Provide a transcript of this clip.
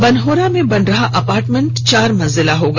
बनहोरा में बन रहा अपार्टमेंट चार मंजिला होगा